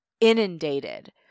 inundated